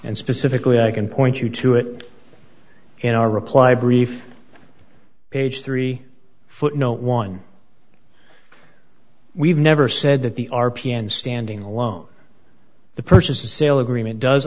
and specifically i can point you to it in our reply brief page three footnote one we've never said that the r p n standing alone the purchase of sale agreement does